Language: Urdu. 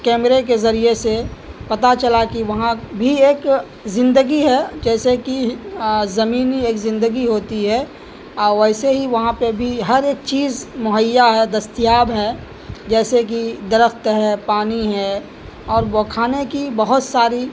کیمرے کے ذریعے سے پتا چلا کہ وہاں بھی ایک زندگی ہے جیسے کہ زمینی ایک زندگی ہوتی ہے ویسے ہی وہاں پہ بھی ہر ایک چیز مہیا ہے دستیاب ہے جیسے کہ درخت ہے پانی ہے اور وہ کھانے کی بہت ساری